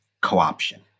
co-option